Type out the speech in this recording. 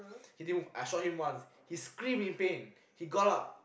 he didn't I shot him once he scream in pain he got up